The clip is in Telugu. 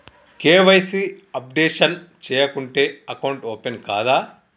కే.వై.సీ అప్డేషన్ చేయకుంటే అకౌంట్ ఓపెన్ కాదా?